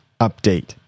update